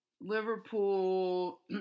Liverpool